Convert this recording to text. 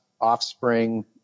offspring